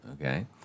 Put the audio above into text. okay